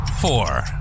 four